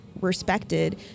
respected